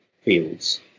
fields